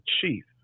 chief